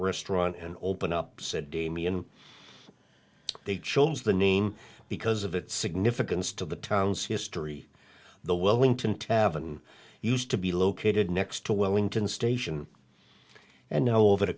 restaurant and open up said damien they chose the name because of its significance to the town's history the wellington tavern used to be located next to wellington station and over the